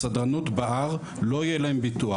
לסדרנות בהר לא יהיה ביטוח,